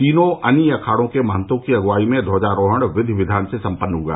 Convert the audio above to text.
तीनों अनी अखाड़ो के महन्तो की अगुवाई में ध्वजारोहण विधि विधान से सम्पन्न हुआ